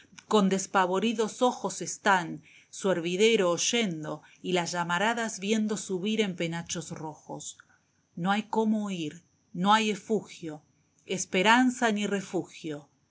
con despavoridos ojos están su hervidero oyendo y las llamaradas viendo subir en penachos rojos t esteban bcheveeeía no hay como huir no hay efugio esperanza ni refugio